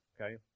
Okay